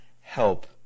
help